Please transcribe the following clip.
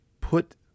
put